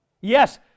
Yes